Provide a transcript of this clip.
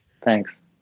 Thanks